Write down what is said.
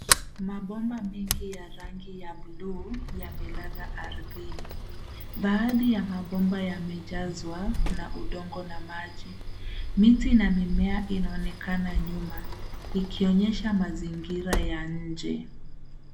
Mabomba mengi ya rangi ya bluu yamelala ardhini. Baadhi ya mabomba yamejazwa na udongo na maji. Miti na mimea inaonekana nyuma, ikionyesha mazingira ya nje.